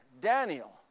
Daniel